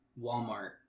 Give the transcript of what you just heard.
walmart